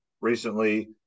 recently